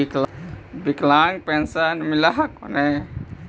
विकलांग पेन्शन मिल हको ने?